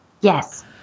Yes